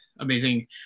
amazing